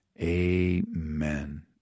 Amen